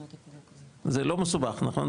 זה לא מסובך נכון?